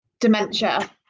dementia